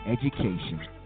education